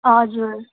हजुर